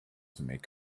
make